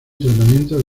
tratamiento